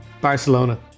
Barcelona